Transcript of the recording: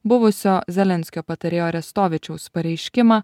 buvusio zelenskio patarėjo arestovičiaus pareiškimą